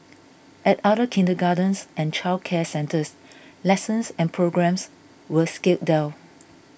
at other kindergartens and childcare centres lessons and programmes were scaled down